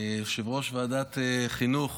יושב-ראש ועדת החינוך